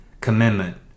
commitment